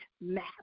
map